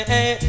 Hey